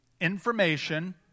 information